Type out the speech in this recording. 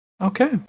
Okay